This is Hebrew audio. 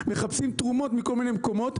מחפשים תרומות מכל מיני מקומות.